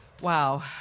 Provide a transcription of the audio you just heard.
Wow